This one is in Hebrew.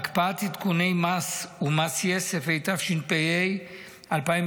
(הקפאת עדכוני מס ומס יסף), התשפ"ה 2024. אדוני